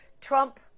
Trump